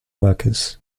workers